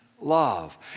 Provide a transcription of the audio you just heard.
love